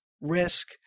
risk